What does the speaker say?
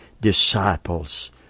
disciples